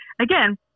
again